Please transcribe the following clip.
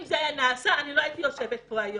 אם זה היה נעשה, אני לא הייתי יושבת פה היום.